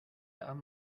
han